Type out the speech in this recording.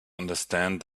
understand